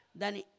dani